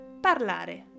parlare